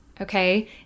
okay